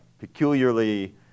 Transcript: peculiarly